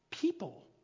people